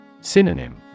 Synonym